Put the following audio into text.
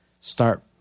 start